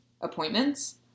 appointments